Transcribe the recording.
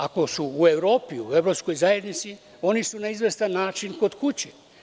Ako su u Evropi, u evropskoj zajednici, oni su na izvestan način kod kuće.